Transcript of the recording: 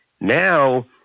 Now